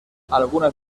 algunas